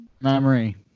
Memory